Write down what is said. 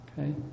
Okay